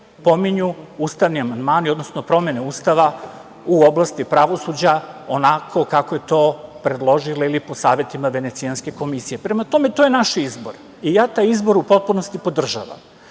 pominju ustavni amandmani, odnosno promene Ustava u oblasti pravosuđa onako kako je to predložila ili po savetima Venecijanske komisije. Prema tome, to je naš izbor i ja taj izbor u potpunosti podržavam.